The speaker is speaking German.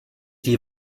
die